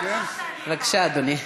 בבקשה, אדוני.